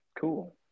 cool